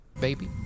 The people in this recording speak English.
Baby